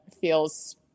feels